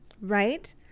Right